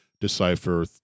decipher